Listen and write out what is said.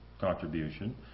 contribution